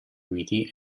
limiti